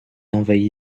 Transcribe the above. envahi